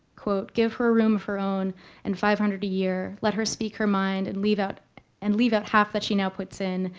quote, give her a room of her own and five hundred a year, let her speak her mind, and leave out and leave out half that she now puts in,